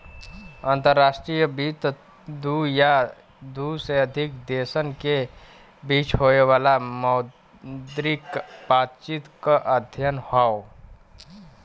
अंतर्राष्ट्रीय वित्त दू या दू से अधिक देशन के बीच होये वाला मौद्रिक बातचीत क अध्ययन हौ